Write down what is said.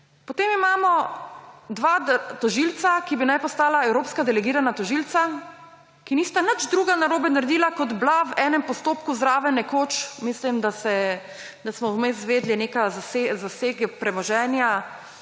Potem imamo dva tožilca, ki bi naj postala evropska delegirana tožilca, ki nista nič drugega narobe naredila, kot bila v enem postopku zraven nekoč. Mislim, da smo vmes izvedeli, neki zasegi premoženja